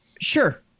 Sure